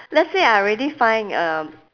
let's say I already find a